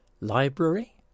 Library